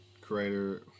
creator